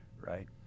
right